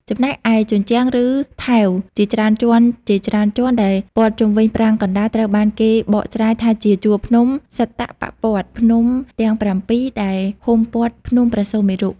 ចំណែកឯ ជញ្ជាំង ឬថែវជាច្រើនជាន់ៗដែលព័ទ្ធជុំវិញប្រាង្គកណ្តាល ត្រូវបានគេបកស្រាយថាជាជួរភ្នំ សត្តបរព៌ត ភ្នំទាំងប្រាំពីរ ដែលហ៊ុមព័ទ្ធភ្នំព្រះសុមេរុ។